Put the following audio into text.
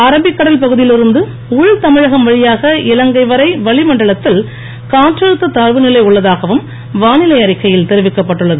Arabic கடல் பகுதியிலிருந்து உள் தமிழகம் வழியாக இலங்கை வரை வளிமண்டலத்தில் காற்றழுத்தத் தாழ்வுநிலை உள்ளதாகவும் வானிலை அறிக்கையில் தெரிவிக்கப் பட்டுள்ளது